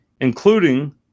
including